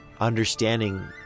Understanding